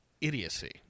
idiocy